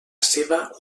seva